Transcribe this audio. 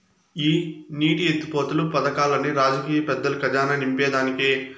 ఈ నీటి ఎత్తిపోతలు పదకాల్లన్ని రాజకీయ పెద్దల కజానా నింపేదానికే